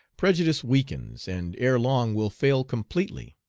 prejudice weakens, and ere long will fail completely.